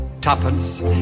tuppence